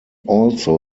also